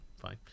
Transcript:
fine